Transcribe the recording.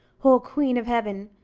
oh, queen of heaven!